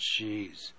jeez